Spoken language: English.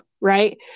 right